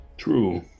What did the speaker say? True